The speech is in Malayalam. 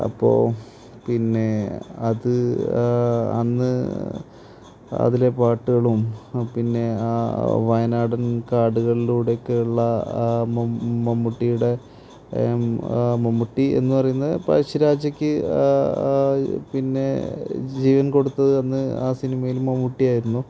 അപ്പോള് പിന്നെ അത് അന്ന് അതിലെ പാട്ടുകളും പിന്നെ ആ വയനാടൻ കാടുകളിലൂടെയൊക്കെയുള്ള മമ്മൂട്ടിയുടെ മമ്മൂട്ടി എന്ന് പറയുന്ന പഴശ്ശിരാജയ്ക്ക് പിന്നെ ജീവൻ കൊടുത്തത് അന്ന് ആ സിനിമയിൽ മമ്മൂട്ടിയായിരുന്നു